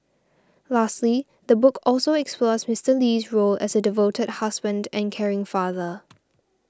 lastly the book also explores Mister Lee's role as a devoted husband and caring father